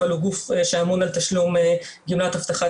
אבל הוא גוף שאמון על תשלום גמלת הבטחת